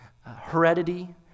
heredity